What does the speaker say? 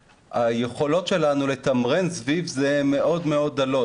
היכולות שלנו לתמרן סביב זה הן מאוד דלות.